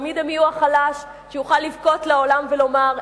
תמיד הם יהיו החלש שיוכל לבכות לעולם ולומר: